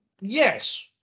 yes